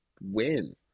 win